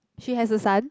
she has a son